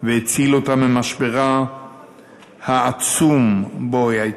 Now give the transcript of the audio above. והציל אותה מהמשבר העצום שבו היא הייתה.